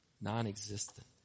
non-existent